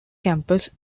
campus